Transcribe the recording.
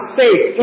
faith